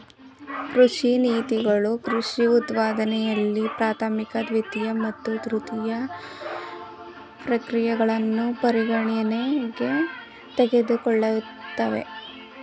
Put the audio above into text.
ಕೃಷಿ ನೀತಿಗಳು ಕೃಷಿ ಉತ್ಪಾದನೆಯಲ್ಲಿ ಪ್ರಾಥಮಿಕ ದ್ವಿತೀಯ ಮತ್ತು ತೃತೀಯ ಪ್ರಕ್ರಿಯೆಗಳನ್ನು ಪರಿಗಣನೆಗೆ ತೆಗೆದುಕೊಳ್ತವೆ